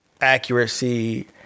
accuracy